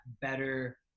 better